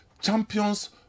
Champions